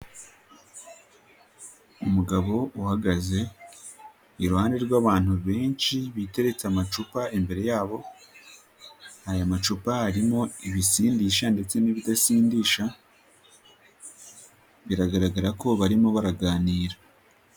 Umugabo uhagaze, iruhande rw'abantu benshi biteretse amacupa imbere yabo, aya macupa harimo ibisindisha ndetse n'ibidasindisha, biragaragara ko barimo baraganira.